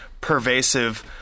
pervasive